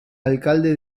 alcalde